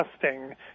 testing